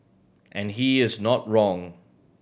and he is not wrong